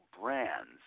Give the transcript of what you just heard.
Brands